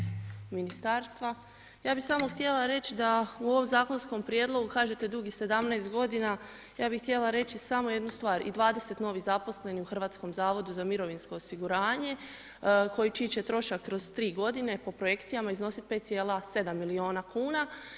Ja bih samo htjela reći da u ovom zakonskom prijedlogu kažete dugih 17 godina, ja bih htjela reći samo jednu stvar i 20 novih zaposlenih u Hrvatskom zavodu za mirovinsko osiguranje koji, čiji će trošak kroz 3 godine po projekcijama iznosit 5,7 milijuna kuna.